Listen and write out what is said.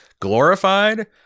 glorified